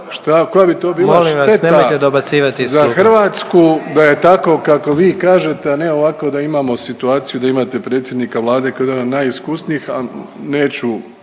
dobacivati iz klupe./… … za Hrvatsku da je tako kako vi kažete, a ne ovako da imamo situaciju da imate predsjednika Vlade koji je jedan od najiskusnijih, a neću